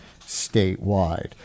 statewide